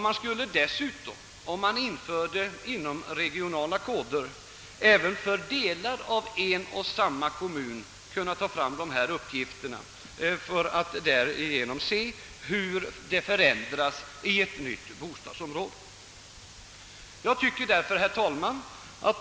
Man skulle dessutom, om man införde inomregionala koder, även kunna få fram dessa uppgifter för delar av en och samma kommun för att se hur befolkningssammansättningen förändras t.ex. i ett nytt bostadsområde.